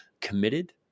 committed